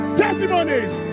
testimonies